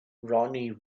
ronnie